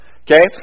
Okay